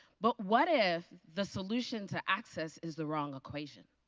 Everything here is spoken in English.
but what if the solution to access is the wrong equation?